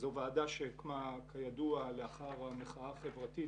זו ועדה שהוקמה כידוע לאחר המחאה החברתית,